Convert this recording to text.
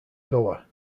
goa